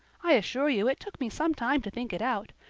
i assure you it took me some time to think it out.